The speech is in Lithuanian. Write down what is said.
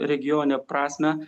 regione prasmę